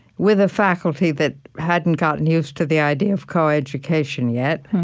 with a faculty that hadn't gotten used to the idea of coeducation yet